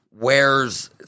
wears